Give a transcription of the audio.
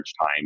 time